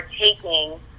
taking